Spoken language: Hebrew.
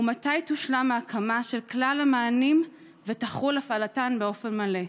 ומתי תושלם ההקמה של כלל המענים ותחל הפעלתם באופן מלא?